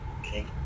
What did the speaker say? Okay